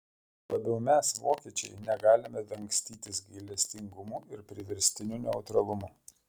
juo labiau mes vokiečiai negalime dangstytis gailestingumu ir priverstiniu neutralumu